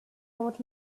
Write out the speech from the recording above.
old